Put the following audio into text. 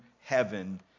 heaven